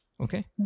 Okay